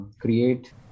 create